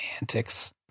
antics